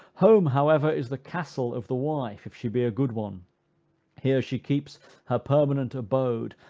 home, however, is the castle of the wife, if she be a good one here she keeps her permanent abode,